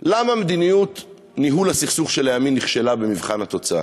למה מדיניות ניהול הסכסוך של הימין נכשלה במבחן התוצאה.